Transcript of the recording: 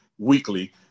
Weekly